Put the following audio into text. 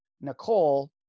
Nicole